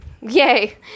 Yay